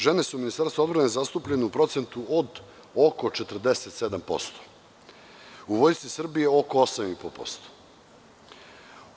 Žene su u Ministarstvu odbrane zastupljene od oko 47%, u Vojsci Srbije oko 8,5%